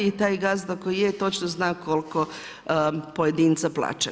I taj gazda koji je točno zna koliko pojedinca plaća.